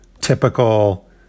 typical